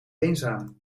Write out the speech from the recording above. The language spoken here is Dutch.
eenzaam